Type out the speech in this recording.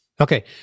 Okay